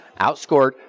outscored